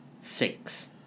six